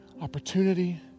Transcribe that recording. opportunity